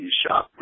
shop